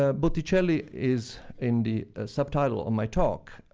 ah botticelli is in the subtitle of my talk,